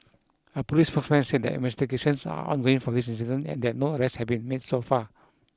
a police spokesman said that investigations are ongoing for this incident and that no arrests had been made so far